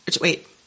wait